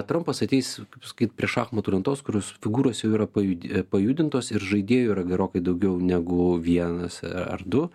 trampas ateis kaip sakyt prie šachmatų lentos kurios figūros jau yra pajudi pajudintos ir žaidėjų yra gerokai daugiau negu vienas ar du